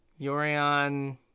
Yorion